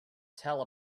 tell